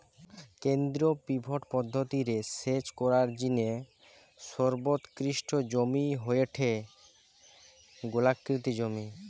কেন্দ্রীয় পিভট পদ্ধতি রে সেচ করার জিনে সর্বোৎকৃষ্ট জমি হয়ঠে গোলাকৃতি জমি